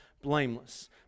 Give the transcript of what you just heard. blameless